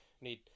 need